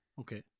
okay